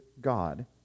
God